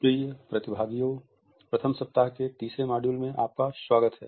प्रिय प्रतिभागियों प्रथम सप्ताह के तीसरे मॉड्यूल में आपका स्वागत है